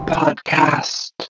podcast